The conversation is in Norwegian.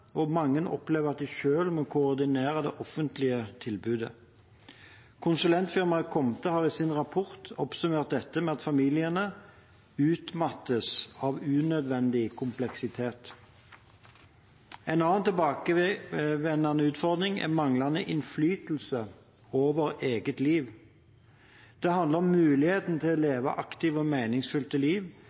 og mange opplever at de selv må koordinere det offentlige tilbudet. Konsulentfirmaet Comte har i sin rapport oppsummert dette med at familiene «utmattes av unødvendig kompleksitet». En annen tilbakevendende utfordring er manglende innflytelse over eget liv. Det handler om muligheten til å leve aktive og meningsfylte liv,